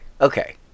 okay